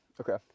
Okay